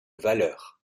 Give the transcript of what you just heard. valeurs